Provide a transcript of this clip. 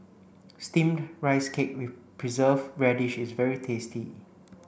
steamed rice cake with preserve radish is very tasty